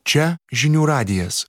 čia žinių radijas